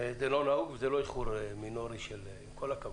זה לא נהוג, זה לא איחור מינורי, עם כל הכבוד.